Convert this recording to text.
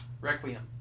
requiem